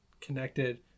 connected